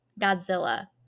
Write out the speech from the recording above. Godzilla